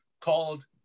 called